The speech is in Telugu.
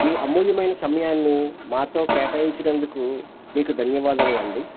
మీ అమూల్యమైన సమయంను మాతో కేటాయించినందుకు మీకు ధన్యవాదములు అండి